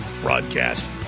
broadcast